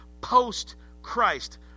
post-Christ